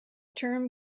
term